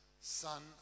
son